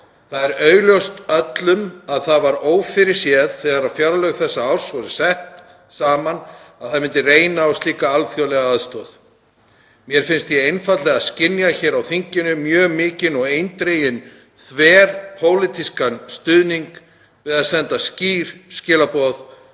Það er augljóst öllum að það var ófyrirséð þegar fjárlög þessa árs voru sett saman að það myndi reyna á slíka alþjóðlega aðstoð. Mér finnst ég einfaldlega skynja hér á þinginu mjög mikinn og eindreginn þverpólitískan stuðning við að senda skýr skilaboð,